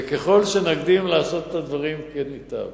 וככל שנקדים לעשות את הדברים כן ייטב.